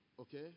okay